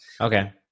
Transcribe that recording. Okay